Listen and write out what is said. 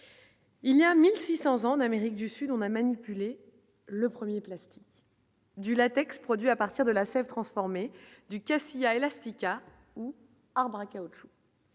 Il y a 1000 600 en Amérique du Sud, on a manipulé le 1er plastique. Du latex, produit à partir de la fève transformer du Chafia élastique à ou arbre à caoutchouc